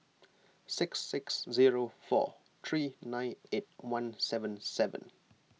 six six zero four three nine eight one seven seven